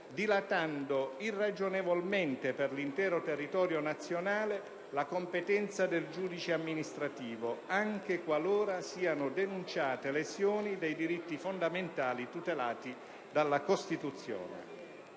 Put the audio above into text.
dilatando irragionevolmente per l'intero territorio nazionale la competenza del giudice amministrativo, anche qualora siano denunciate lesioni dei diritti fondamentali tutelati dalla Costituzione.